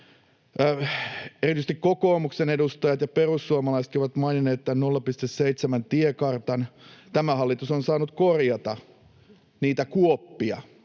Erityisesti kokoomuksen edustajat ja perussuomalaisetkin ovat maininneet tämän 0,7:n tiekartan. Tämä hallitus on saanut korjata niitä kuoppia,